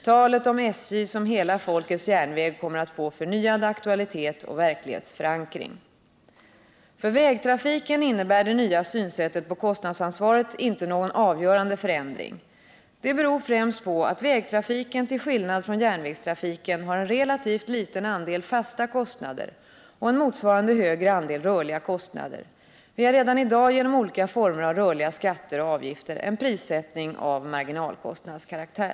Talet om SJ som hela folkets järnväg kommer att få förnyad aktualitet och verklighetsförankring. För vägtrafiken innebär det nya synsättet när det gäller kostnadsansvaret inte någon avgörande förändring. Det beror främst på att vägtrafiken till skillnad från järnvägstrafiken har en relativt liten andel fasta kostnader och en motsvarande högre andel rörliga kostnader. Vi har redan i dag genom olika former av rörliga skatter och avgifter en prissättning av marginalkostnadskaraktär.